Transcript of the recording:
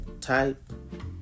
type